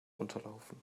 unterlaufen